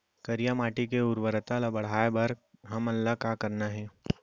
करिया माटी के उर्वरता ला बढ़ाए बर हमन ला का करना हे?